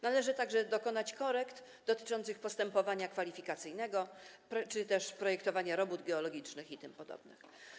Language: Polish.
Należy także dokonać korekt dotyczących postępowania kwalifikacyjnego czy też projektowania robót geologicznych itp.